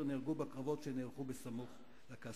נהרגו בקרבות שנערכו בסמוך לקסטל.